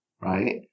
right